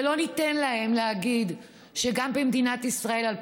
ולא ניתן להם להגיד שגם במדינת ישראל 2018